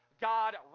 God